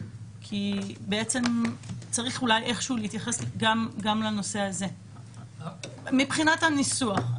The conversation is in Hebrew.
כי צריך איכשהו להתייחס גם לנושא הזה מבחינת הניסוח.